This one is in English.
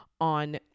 on